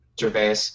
Gervais